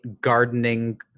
gardening